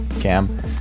cam